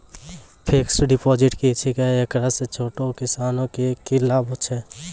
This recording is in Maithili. फिक्स्ड डिपॉजिट की छिकै, एकरा से छोटो किसानों के की लाभ छै?